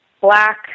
Black